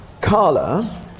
carla